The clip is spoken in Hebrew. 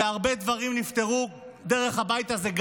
והרבה דברים נפתרו גם דרך הבית הזה.